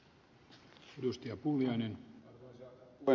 arvoisa puhemies